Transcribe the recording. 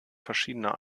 verschiedener